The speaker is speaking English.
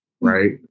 right